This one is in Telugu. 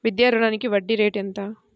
విద్యా రుణానికి వడ్డీ రేటు ఎంత?